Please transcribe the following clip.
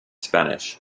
spanish